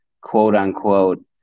quote-unquote